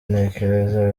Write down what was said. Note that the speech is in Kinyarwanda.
ntekereza